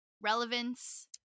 Relevance